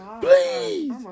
Please